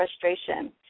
frustration